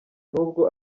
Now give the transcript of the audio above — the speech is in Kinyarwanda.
nubwo